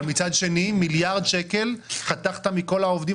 אבל מצד שני מיליארד שקלים חתכת מכל העובדים